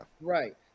right